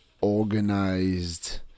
organized